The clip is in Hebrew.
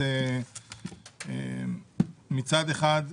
מצד אחד,